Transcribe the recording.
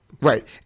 Right